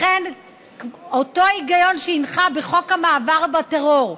לכן אותו היגיון שהנחה בחוק המאבק בטרור,